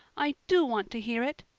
i do want to hear it,